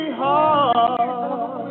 heart